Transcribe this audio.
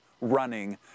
running